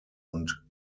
und